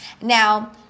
Now